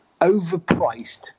overpriced